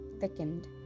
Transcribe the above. thickened